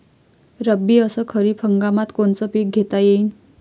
रब्बी अस खरीप हंगामात कोनचे पिकं घेता येईन?